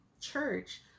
church